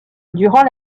durant